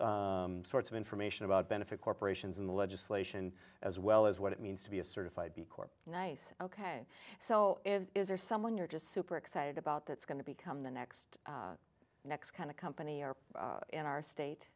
all sorts of information about benefit corporations in the legislation as well as what it means to be a certified b corp nice ok so is there someone you're just super excited about that's going to become the next next kind of company are in our state